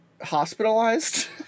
Hospitalized